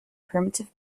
primitive